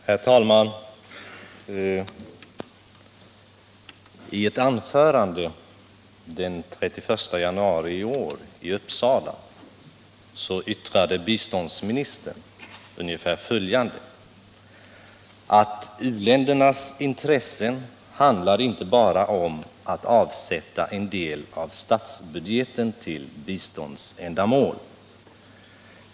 Herr talman! I ett anförande den 31 januari i år i Uppsala yttrade biståndsministern ungefär följande: U-ländernas intressen handlar inte bara om att avsätta en del av statsbudgeten till biståndsändamål.